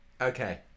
Okay